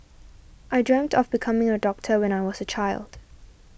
I dreamt of becoming a doctor when I was a child